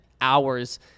hours